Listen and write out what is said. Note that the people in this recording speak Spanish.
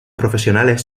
profesionales